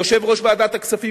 יושב-ראש ועדת הכספים,